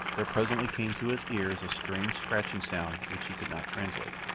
there presently came to his ears a strange scratching sound which he could not translate.